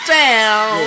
down